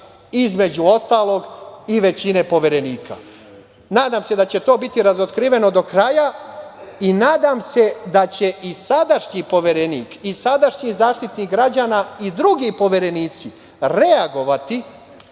između ostalog i većine poverenika. Nadam se da će to biti razotkriveno do kraja i nadam se da će i sadašnji poverenik i sadašnji Zaštitnik građana, i drugi poverenici reagovati